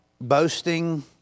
boasting